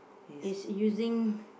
is using